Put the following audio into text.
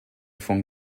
von